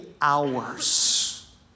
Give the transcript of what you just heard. hours